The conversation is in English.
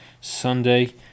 Sunday